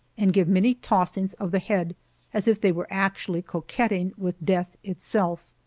and give many tossings of the head as if they were actually coquetting with death itself!